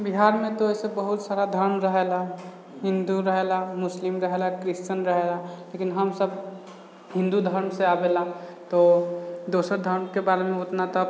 बिहार मे तऽ वैसे बहुत सारा धर्म रहेला हिन्दू रहेला मुस्लिम रहेला क्रिश्चन रहेला लेकिन हमसब हिन्दू धर्म से आबेला तो दोसर धर्म के बारे मे ओतना तऽ